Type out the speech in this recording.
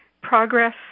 Progress